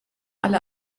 alle